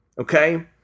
Okay